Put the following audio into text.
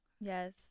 Yes